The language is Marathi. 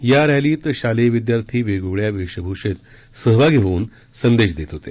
या रस्तीत शालेय विद्यार्थी वेगवेगळ्या वेशभूषेत सहभागी होऊन संदेश देत होते